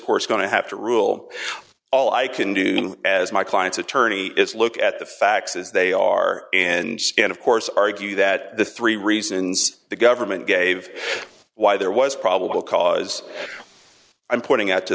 court's going to have to rule all i can do as my client's attorney is look at the facts as they are and and of course argue that the three reasons the government gave why there was probable cause i'm pointing out to